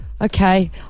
Okay